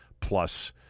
plus